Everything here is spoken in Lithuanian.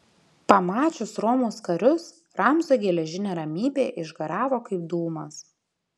pamačius romos karius ramzio geležinė ramybė išgaravo kaip dūmas